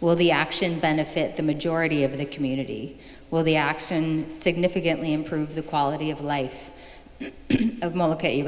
will the action benefit the majority of the community will the action significantly improve the quality of life of